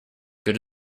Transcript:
good